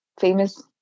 famous